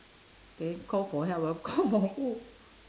then call for help lor call for who